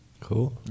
Cool